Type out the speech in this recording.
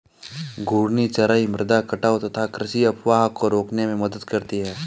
घूर्णी चराई मृदा कटाव तथा कृषि अपवाह को रोकने में मदद करती है